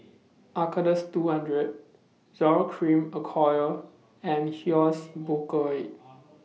Acardust two hundred Zoral Cream Acyclovir and Hyoscine